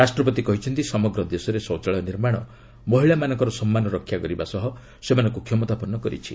ରାଷ୍ଟ୍ରପତି କହିଛନ୍ତି ସମଗ୍ର ଦେଶରେ ଶୌଚାଳୟ ନିର୍ମାଣ ମହିଳାମାନଙ୍କର ସମ୍ମାନ ରକ୍ଷା କରିବା ସହ ସେମାନଙ୍କୁ କ୍ଷମତାପନ୍ନ କରିଛି